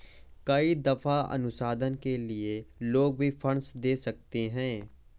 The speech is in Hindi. कई दफा अनुसंधान के लिए लोग भी फंडस दे सकते हैं